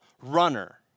runner